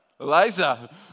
Eliza